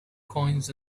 coins